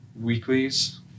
weeklies